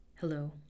Hello